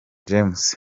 james